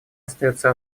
остается